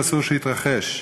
ואסור שיתרחש.